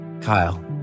Kyle